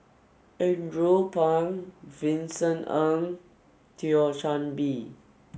Andrew Phang Vincent Ng and Thio Chan Bee